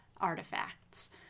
artifacts